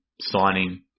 signing